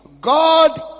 God